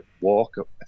Walk